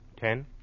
Ten